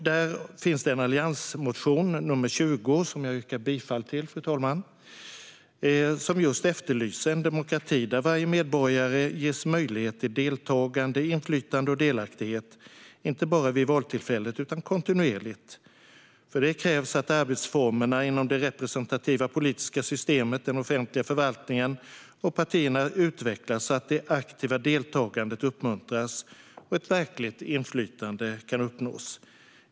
Det finns en alliansmotion när det gäller det här, nr 20, som jag yrkar bifall till, fru talman. Den efterlyser en demokrati där varje medborgare ges möjlighet till deltagande, inflytande och delaktighet inte bara vid valtillfället utan kontinuerligt. För det krävs att arbetsformerna inom det representativa politiska systemet, den offentliga förvaltningen och partierna utvecklas så att det aktiva deltagandet uppmuntras och ett verkligt inflytande kan uppnås.